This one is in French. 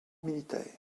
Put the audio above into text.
militaires